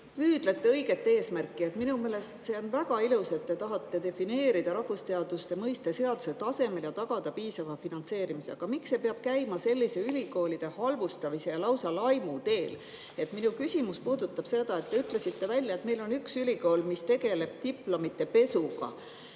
püüdlete õiget eesmärki. Minu meelest see on väga ilus, et te tahate defineerida rahvusteaduste mõiste seaduse tasemel ja tagada piisava finantseerimise. Aga miks see peab käima sellise ülikoolide halvustamise ja lausa laimu teel? Minu küsimus puudutab seda, et te ütlesite välja, et meil on üks ülikool, mis tegeleb diplomite pesuga.